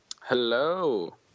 Hello